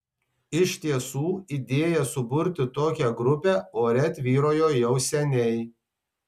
iš tiesų idėja suburti tokią grupę ore tvyrojo jau seniai